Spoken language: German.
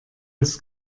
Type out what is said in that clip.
des